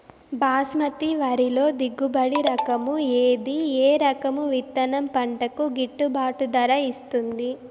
బాస్మతి వరిలో దిగుబడి రకము ఏది ఏ రకము విత్తనం పంటకు గిట్టుబాటు ధర ఇస్తుంది